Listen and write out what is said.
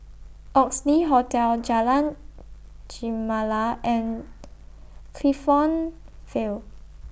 Oxley Hotel Jalan Gemala and Clifton Vale